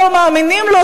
לא מאמינים לו,